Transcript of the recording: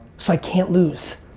so i can't lose.